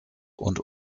und